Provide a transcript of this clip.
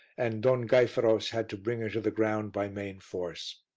and don gayferos had to bring her to the ground by main force.